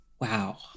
Wow